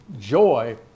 joy